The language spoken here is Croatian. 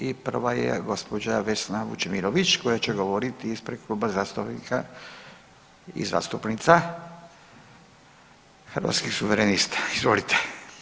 I prva je gospođa Vesna Vučemilović koja će govoriti ispred Kluba zastupnika i zastupnica Hrvatskih suverenista, izvolite.